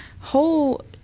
whole